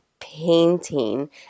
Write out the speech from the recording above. Painting